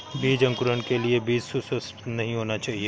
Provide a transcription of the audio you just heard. बीज अंकुरण के लिए बीज सुसप्त नहीं होना चाहिए